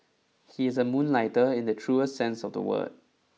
he is a moonlighter in the truest sense of the word